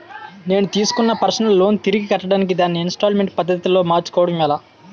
నేను తిస్కున్న personal loan తిరిగి కట్టడానికి దానిని ఇంస్తాల్మేంట్ పద్ధతి లో మార్చుకోవడం ఎలా?